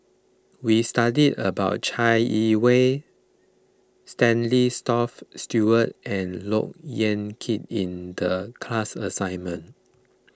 we studied about Chai Yee Wei Stanley Toft Stewart and Look Yan Kit in the class assignment